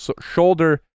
shoulder